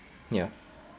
ya